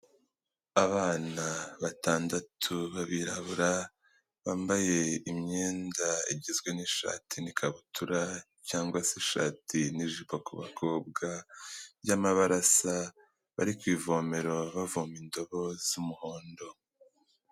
Abana batandatu b'abirabura bambaye imyenda igizwe n'ishati n'ikabutura cyangwa se ishati n'ijipo ku bakobwa y'amabarasa, bari kuivomera bavoma indobo z'umuhondo.